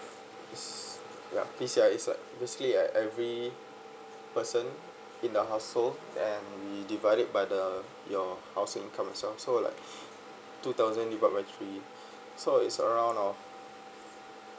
ss~ yup PCI is like basically every person in the household and we divided by the your household incomes household so like two thousand divide by three so it's around of